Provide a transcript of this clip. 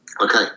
okay